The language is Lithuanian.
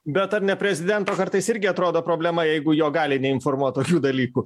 bet ar ne prezidento kartais irgi atrodo problema jeigu jo gali neinformuot tokių dalykų